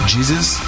Jesus